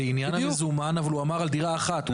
לעניין המזומן הוא דיבר על דירה אחת.